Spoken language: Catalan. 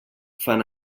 fan